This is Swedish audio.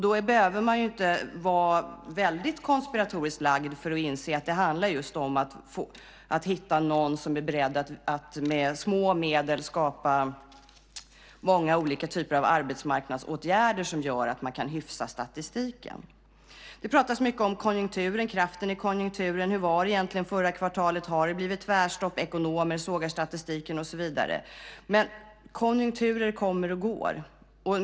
Då behöver man inte vara väldigt konspiratoriskt lagd för att inse att det just handlar om att hitta någon som är beredd att med små medel skapa många olika typer av arbetsmarknadsåtgärder som gör att man kan hyfsa statistiken. Det pratas mycket om kraften i konjunkturen. Hur var det egentligen förra kvartalet? Har det blivit tvärstopp? Ekonomer sågar statistiken och så vidare. Men konjunkturer kommer och går.